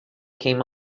came